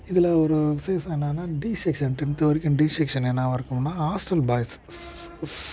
இதில் ஒரு விசேஷம் என்னென்னா டி செக்ஸன் டென்த் வரைக்கும் டி செக்ஸன் என்னவாக இருக்குதுனா ஹாஸ்டல் பாய்ஸ்